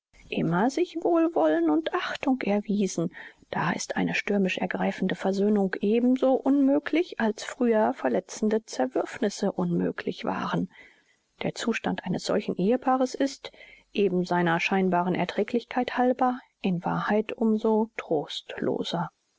immer sich wohlwollen und achtung erwiesen da ist eine stürmisch ergreifende versöhnung eben so unmöglich als früher verletzende zerwürfnisse unmöglich waren der zustand eines solchen ehepaares ist eben seiner scheinbaren erträglichkeit halber in wahrheit um so trostloser